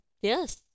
Yes